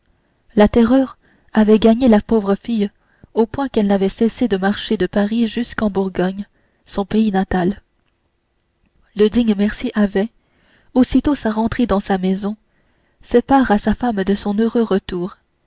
la terreur avait gagné la pauvre fille au point qu'elle n'avait cessé de marcher de paris jusqu'en bourgogne son pays natal le digne mercier avait aussitôt sa rentrée dans sa maison fait part à sa femme de son heureux retour